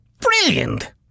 brilliant